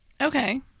Okay